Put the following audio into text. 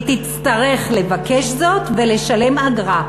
היא תצטרך לבקש זאת ולשלם אגרה,